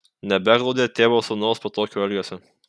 nebeglaudė tėvas sūnaus po tokio poelgio